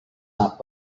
not